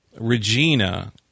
Regina